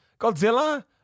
Godzilla